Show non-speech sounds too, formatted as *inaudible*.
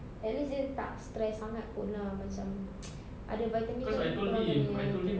at least dia tak stress sangat pun lah macam *noise* ada vitamin pun kurangkan dia